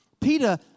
Peter